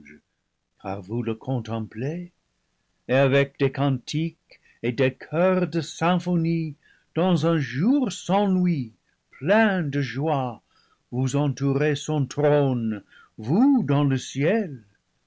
car vous le contemplez et avec des cantiques et des choeurs de symphonies dans un jour sans nuit plein de joie vous entourez son trône vous dans le ciel